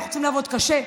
אנחנו צריכים לעבוד קשה.